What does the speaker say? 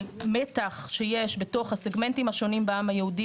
מתח שיש בתוך הסגמנטים השונים בעם היהודי,